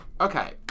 okay